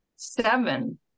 seven